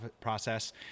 process